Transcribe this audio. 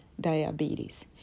diabetes